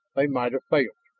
they might have failed.